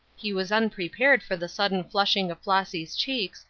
he was unprepared for the sudden flushing of flossy's cheeks,